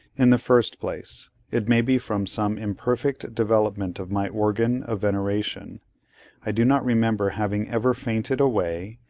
in the first place it may be from some imperfect development of my organ of veneration i do not remember having ever fainted away,